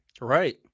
Right